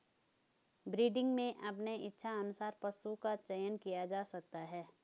breeding में अपने इच्छा अनुसार पशु का चयन किया जा सकता है